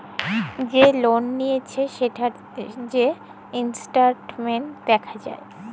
যে লল লিঁয়েছে সেটর যে ইসট্যাটমেল্ট দ্যাখা যায়